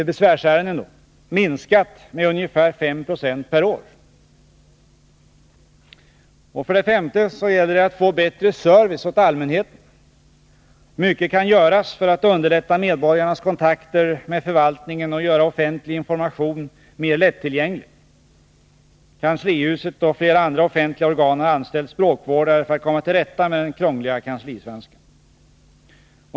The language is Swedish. besvärsärenden, minskat med ungefär 5 90 per år. För det femte gäller det att få bättre service åt allmänheten. Mycket kan göras för att underlätta medborgarnas kontakter med förvaltningen och göra offentlig information mer lättläst. Kanslihuset och flera andra offentliga organ har anställt språkvårdare för att komma till rätta med den krångliga kanslisvenskan.